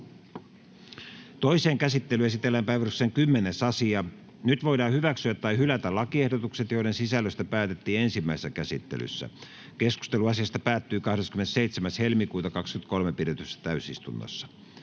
Toiseen käsittelyyn esitellään päiväjärjestyksen 9. asia. Nyt voidaan hyväksyä tai hylätä lakiehdotukset, joiden sisällöstä päätettiin ensimmäisessä käsittelyssä. Keskustelu asiasta päättyi 27.2.2023 pidetyssä täysistunnossa.